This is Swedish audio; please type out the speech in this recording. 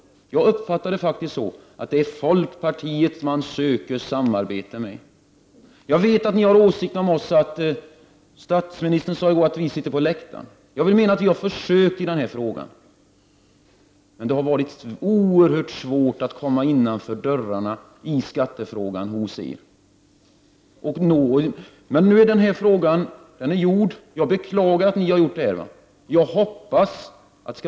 Jag uppfattar det så att det är folkpartiet som socialdemokraterna söker samarbete med. Jag vet vilka åsikter ni har om oss i vänsterpartiet. Statsministern sade i går att vi sitter på läktaren. Jag påstår att vi i riksdagen har försökt komma innanför dörrarna och nå er i skattefrågan, men det har varit oerhört svårt. Men nu är frågan alltså avgjord, och jag beklagar att det har skett på detta sätt.